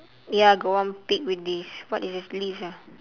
ya got one pig with this what is this leaves ah